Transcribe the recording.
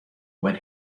when